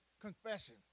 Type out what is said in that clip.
confession